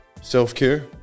self-care